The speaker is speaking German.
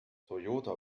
toyota